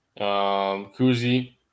Kuzi